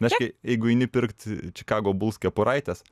reiškia jeigu eini pirkt čikago buls kepuraitės